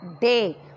day